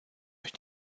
euch